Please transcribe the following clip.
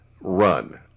run